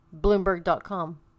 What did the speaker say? bloomberg.com